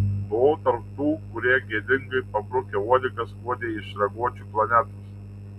buvau tarp tų kurie gėdingai pabrukę uodegas skuodė iš raguočių planetos